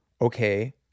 okay